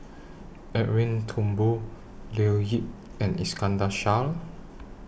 Edwin Thumboo Leo Yip and Iskandar Shah